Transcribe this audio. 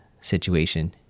situation